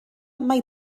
mai